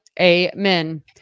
Amen